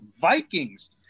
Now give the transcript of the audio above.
Vikings